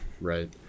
Right